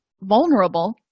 vulnerable